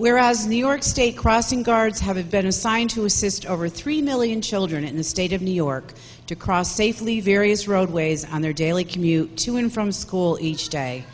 whereas new york state crossing guards have a vet assigned to assist over three million children in the state of new york to cross safely various roadways on their daily commute to and from school each day